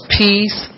peace